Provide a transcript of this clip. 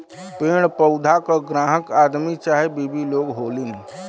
पेड़ पउधा क ग्राहक आदमी चाहे बिवी लोग होलीन